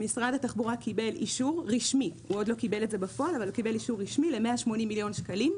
משרד התחבורה קיבל אישור רשמי ממשרד האוצר ל-180 מיליון שקלים,